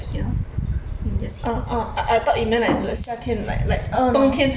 just here oh no